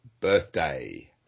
birthday